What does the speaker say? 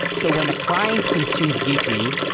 so when a client consumes giphy,